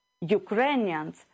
Ukrainians